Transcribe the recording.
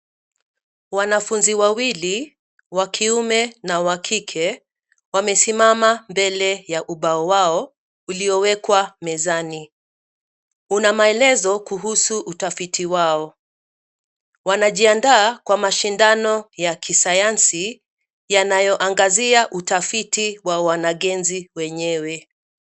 Wanafunzi wawili wa kiume na wa kike wamesimama mbele ya ubao wao uliyowekwa mezani. Una maelezo kuhusu utafiti wao. Wanajiandaa kwa mashindano ya kisayansi yanayoangazia utafiti wa wanagenzi wenyewe.